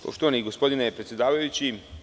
Poštovani gospodine predsedavajući.